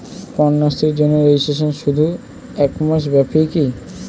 কন্যাশ্রীর জন্য রেজিস্ট্রেশন শুধু এক মাস ব্যাপীই কি?